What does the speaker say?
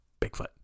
Bigfoot